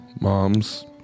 moms